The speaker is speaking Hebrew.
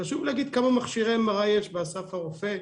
חשוב להגיד כמה מכשירים MRI יש באסף הרופא,